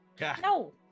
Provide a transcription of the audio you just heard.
no